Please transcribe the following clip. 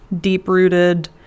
deep-rooted